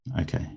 okay